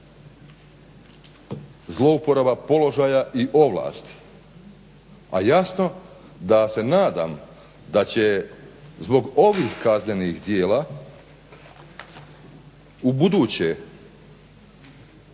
zlouporaba položaja i ovlasti. A jasno da se nadam da će zbog ovih kaznenih djela ubuduće